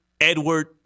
Edward